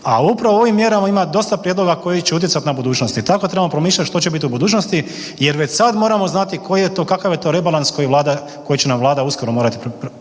a upravo u ovim mjerama ima dosta prijedloga koji će utjecati na budućnost i tako trebamo promišljati što će biti u budućnosti jer već sad moramo znati koji je to, kakav je to rebalans koji će nam Vlada uskoro morati